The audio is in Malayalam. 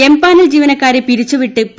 എംപാനൽ ജീവനക്കാരെ പിരിച്ചുവിട്ട് പി